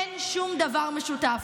אין שום דבר משותף.